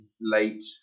late